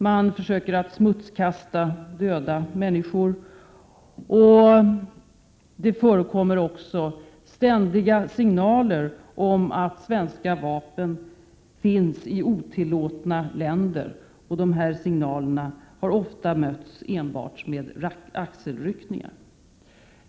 Man försöker smutskasta döda människor, och det förekommer också ständiga signaler om att svenska vapen finns i länder där de är otillåtna. Dessa signaler har ofta mötts med enbart axelryckningar.